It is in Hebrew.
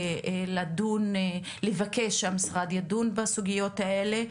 זה בגלל הכסף?